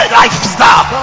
lifestyle